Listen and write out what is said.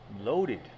Loaded